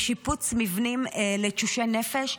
שיפוץ מבנים לתשושי נפש,